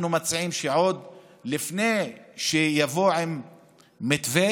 אנחנו מציעים שעוד לפני שיבוא עם מתווה,